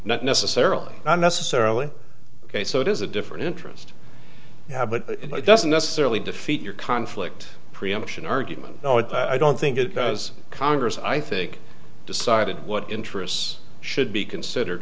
not necessarily not necessarily ok so it is a different interest yeah but it doesn't necessarily defeat your conflict preemption argument i don't think it does congress i think decided what interests should be considered